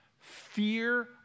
fear